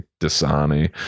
dasani